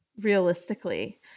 Realistically